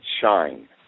shine